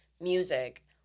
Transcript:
music